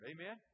Amen